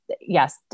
yes